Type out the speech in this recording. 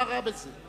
מה רע בזה?